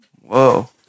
Whoa